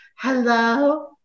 Hello